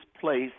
place